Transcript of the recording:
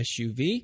SUV